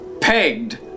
pegged